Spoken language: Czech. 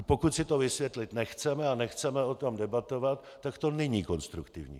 Pokud si to vysvětlit nechceme a nechceme o tom debatovat, tak to není konstruktivní.